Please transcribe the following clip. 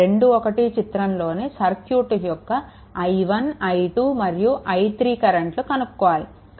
21 చిత్రంలోని సర్క్యూట్ యొక్క i1 i2 మరియు i3 కరెంట్లు కనుక్కోవాలి